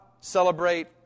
celebrate